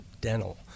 dental